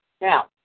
Now